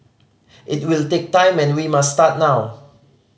it will take time and we must start now